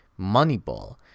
Moneyball